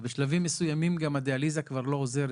ובשלבים מסוימים גם הדיאליזה כבר לא עוזרת,